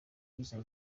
izo